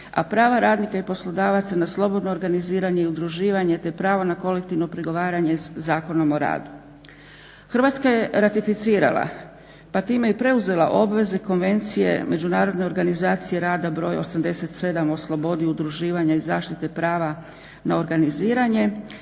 a prava radnika i poslodavaca na slobodno organiziranje i udruživanje te pravo na kolektivno pregovaranje Zakonom o radu. Hrvatska je ratificirala pa time i preuzela obvezu Konvencije Međunarodne organizacije rada broj 87 o slobodi udruživanja i zaštite prava na organiziranje